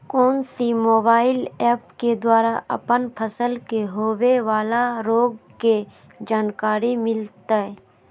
कौन सी mobile app के द्वारा अपन फसल के होबे बाला रोग के जानकारी मिलताय?